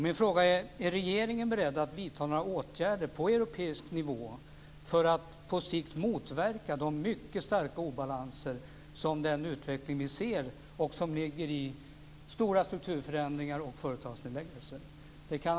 Min fråga är: Är regeringen beredd att vidta några åtgärder på europeisk nivå för att på sikt motverka de mycket starka obalanser i den utveckling vi ser och som ligger i stora strukturförändringar och företagsnedläggelser?